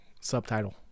subtitle